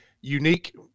unique –